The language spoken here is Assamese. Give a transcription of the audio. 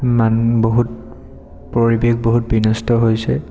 মান বহুত পৰিৱেশ বহুত বিনষ্ট হৈছে